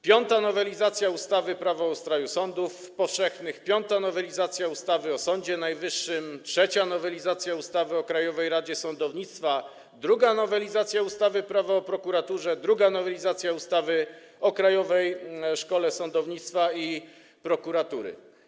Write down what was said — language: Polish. Piąta nowelizacja ustawy Prawo o ustroju sądów powszechnych, piąta nowelizacja ustawy o Sądzie Najwyższym, trzecia nowelizacja ustawy o Krajowej Radzie Sądownictwa, druga nowelizacja ustawy Prawo o prokuraturze, druga nowelizacja ustawy o Krajowej Szkole Sądownictwa i Prokuratury.